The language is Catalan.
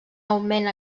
augment